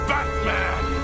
Batman